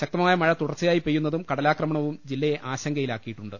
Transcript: ശക്തമായ മഴ തുടർച്ചയായി പെയ്യുന്നതും കടലാക്രമണവും ജില്ലയെ ആശങ്കയിലാക്കിയിട്ടുണ്ട്